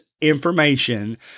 information